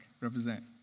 represent